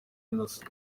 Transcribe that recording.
innocent